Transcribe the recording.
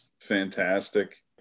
fantastic